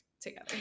together